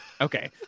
Okay